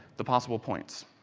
the possible points.